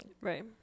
Right